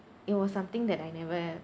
it was something that I never